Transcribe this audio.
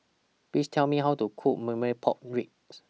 Please Tell Me How to Cook Marmite Pork Ribs